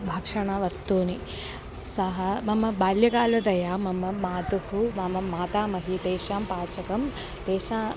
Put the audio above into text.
भक्षणवस्तूनि सः मम बाल्यकालात् मम मातुः मम मातामही तेषां पाचकं तेषां